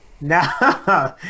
No